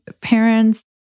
parents